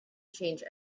change